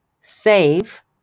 save